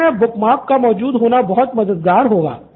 ऐसे मे bookmark का मौजूद होना बहुत मददगार होगा